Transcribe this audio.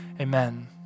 Amen